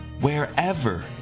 wherever